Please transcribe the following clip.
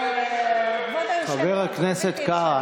חבר הכנסת קארה,